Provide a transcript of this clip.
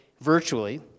virtually